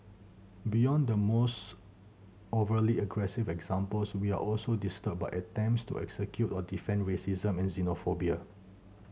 beyond the most overtly aggressive examples we are also disturbed by attempts to excuse or defend racism and xenophobia